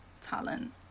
talent